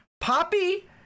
Poppy